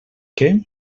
què